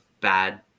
bad